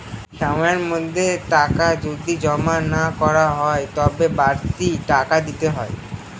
সময়ের মধ্যে টাকা যদি জমা না করা হয় তবে বাড়তি টাকা দিতে হয়